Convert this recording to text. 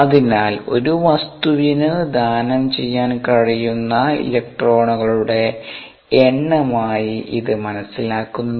അതിനാൽ ഒരു വസ്തുവിനു ദാനം ചെയ്യാൻ കഴിയുന്ന ഇലക്ട്രോണുകളുടെ എണ്ണമായി ഇത് മനസ്സിലാക്കുന്നു